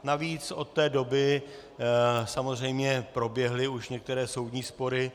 Navíc od té doby samozřejmě proběhly už některé soudní spory.